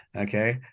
okay